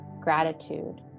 gratitude